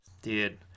Dude